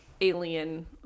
alien